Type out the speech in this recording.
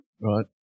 right